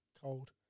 Cold